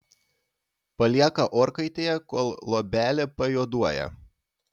palieka orkaitėje kol luobelė pajuoduoja